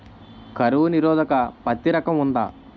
కరువు నిరోధక పత్తి రకం ఉందా?